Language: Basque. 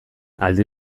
aldi